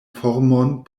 formon